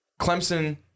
Clemson